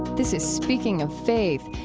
this is speaking of faith.